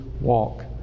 walk